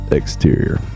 exterior